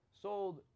sold